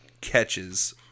catches